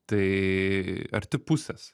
tai arti pusės